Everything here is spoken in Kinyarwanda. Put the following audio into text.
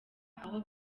aho